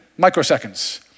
microseconds